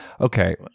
Okay